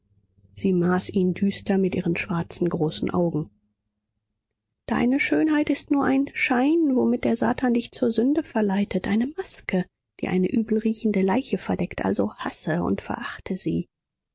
sie maß ihn düster mit ihren schwarzen großen augen deine schönheit ist nur ein schein womit der satan dich zur sünde verleitet eine maske die eine übelriechende leiche verdeckt also hasse und verachte sie